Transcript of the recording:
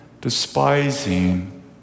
despising